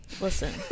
listen